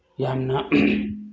ꯌꯥꯝꯅ